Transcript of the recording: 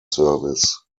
service